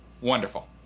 Wonderful